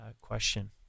question